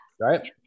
right